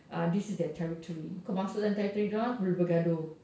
uh this is their territory kau masuk dalam territory dia orang boleh bergaduh